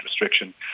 restriction